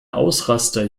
ausraster